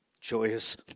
joyous